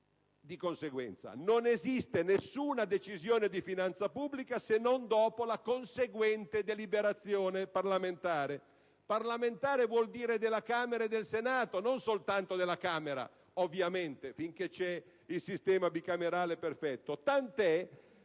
Di conseguenza non esiste una Decisione di finanza pubblica se non dopo la conseguente deliberazione parlamentare. Con il termine "parlamentare" si intende della Camera e del Senato, e non soltanto della Camera, ovviamente, almeno finché esiste il sistema bicamerale perfetto.